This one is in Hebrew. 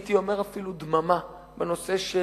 הייתי אומר, אפילו דממה בנושא של